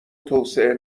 توسعه